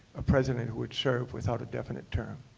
a president who would serve without a definite term?